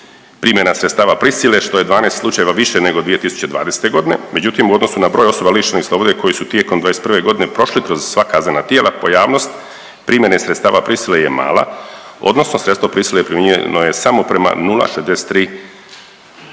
primjena sredstava prisile što je 12 slučajeva više nego 2020. godine. Međutim, u odnosu na broj osoba lišenih slobode koji su tijekom 2021. godine prošli kroz sva kaznena tijela pojavnost primjene sredstava prisile je mala, odnosno sredstvo prisile primijenjeno je samo prema 0,63%